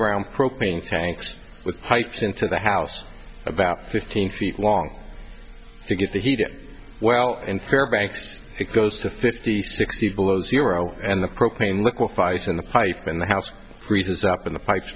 ground propane tanks with pipes into the house about fifteen feet long to get the heat it well into their banks it goes to fifty sixty below zero and the propane liquefies in the pipe in the house reasons up in the pipes